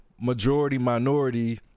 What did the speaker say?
majority-minority